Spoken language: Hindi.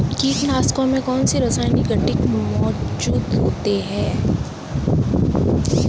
कीटनाशकों में कौनसे रासायनिक घटक मौजूद होते हैं?